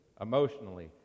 emotionally